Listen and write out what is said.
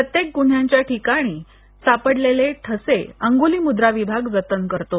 प्रत्येक गुन्ह्यांच्या ठिकाणी सापडलेले ठसे अंगुली मुद्रा विभाग जतन करतो